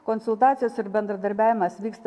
konsultacijos ir bendradarbiavimas vyksta